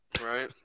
Right